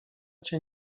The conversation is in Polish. cię